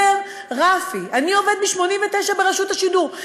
אומר רפי: אני עובד מ-1989 ברשות השידור,